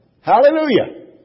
Hallelujah